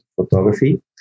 photography